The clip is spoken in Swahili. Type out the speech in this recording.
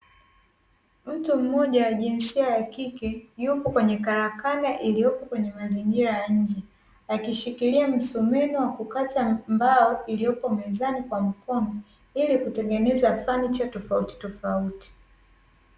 Mtu mmoja jinsia ya kike yupo kwenye karakana iliyopo kwenye mazingira ya nje, akishikilia msumeno kwa kukata mbao iliyopo mezani kwa mafundi, ili kutengeneza fanicha tofauti tofauti.